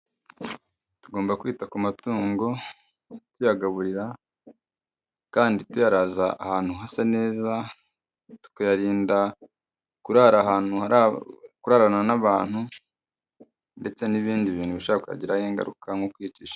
Tugomba kwita ku matungo tuyagaburira, kandi tuyaraza ahantu hasa neza, tukayarinda kurara ahantu hara, kurarana n'abantu, ndetse n'ibindi bintu bishobora kuyagiraho ingaruka nko kuyicisha.